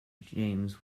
james